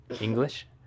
English